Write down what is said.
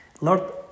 Lord